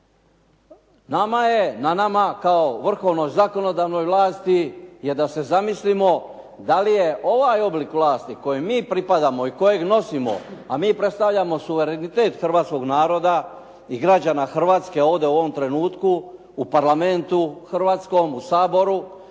Na nama je kao vrhovnoj zakonodavnoj vlasti je da se zamislimo dali je ovaj oblik vlasti kojoj mi pripadamo i kojeg nosimo, a mi predstavljamo suverenitet hrvatskog naroda i građana Hrvatske ovdje u ovom trenutku u Parlamentu hrvatskom u Saboru.